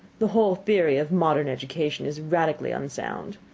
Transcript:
the whole theory of modern education is radically unsound.